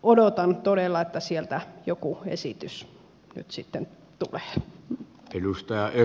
odotan todella että sieltä joku esitys nyt sitten tulee